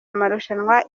amarushanwa